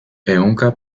ehunka